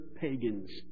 pagans